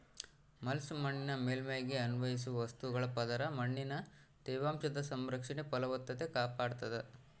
mulch ಮಣ್ಣಿನ ಮೇಲ್ಮೈಗೆ ಅನ್ವಯಿಸುವ ವಸ್ತುಗಳ ಪದರ ಮಣ್ಣಿನ ತೇವಾಂಶದ ಸಂರಕ್ಷಣೆ ಫಲವತ್ತತೆ ಕಾಪಾಡ್ತಾದ